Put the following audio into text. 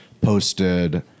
posted